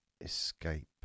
escape